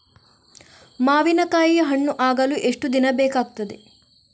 ಮಾವಿನಕಾಯಿ ಹಣ್ಣು ಆಗಲು ಎಷ್ಟು ದಿನ ಬೇಕಗ್ತಾದೆ?